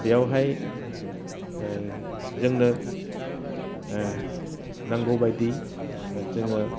बेयावहाय जोंनो नांगौबायदि जोङो